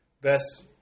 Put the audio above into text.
Best